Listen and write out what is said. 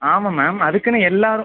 ஆமாம் மேம் அதுக்குன்னு எல்லாரும்